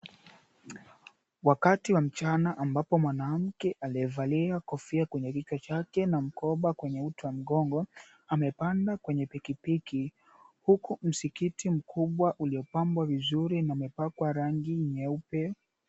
Wakati wa mchana ambapo mwanamke aliyevalia kofia kwenye kichwa chake na mkoba kwenye uti wa mgongo amepanda kwenye pikipiki huku msikiti mkubwa uliopambwa vizuri umepakwa rangi nyeupe.